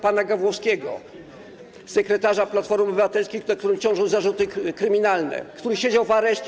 pana Gawłowskiego, sekretarza Platformy Obywatelskiej, na którym ciążą zarzuty kryminalne, który siedział w areszcie.